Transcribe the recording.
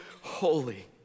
holy